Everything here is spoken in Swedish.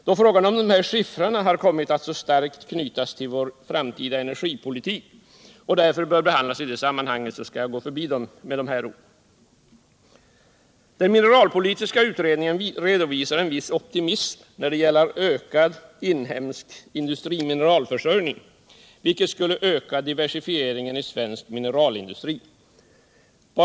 Då frågan om dessa skiffrar kommit att starkt knytas till vår framtida energipolitik och därför bör behandlas i det sammanhanget, skall jag gå förbi den. Den mineralpolitiska utredningen redovisar en viss optimism när det gäller en ökad inhemsk industrimineralsförsörjning. Härigenom skulle diversifieringen i svensk mineralindustri öka.